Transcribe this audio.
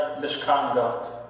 misconduct